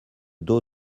dos